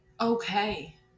okay